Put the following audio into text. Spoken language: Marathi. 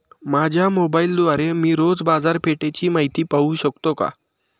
माझ्या मोबाइलद्वारे मी रोज बाजारपेठेची माहिती पाहू शकतो का?